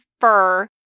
fur